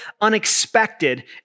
unexpected